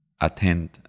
attend